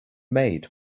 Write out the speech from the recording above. made